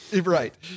Right